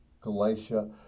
Galatia